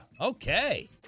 Okay